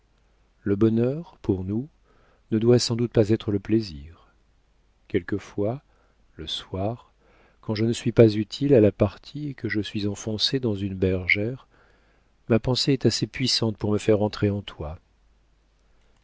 le bonheur pour nous ne doit sans doute pas être le plaisir quelquefois le soir quand je ne suis pas utile à la partie et que je suis enfoncée dans une bergère ma pensée est assez puissante pour me faire entrer en toi